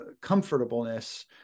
comfortableness